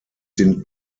den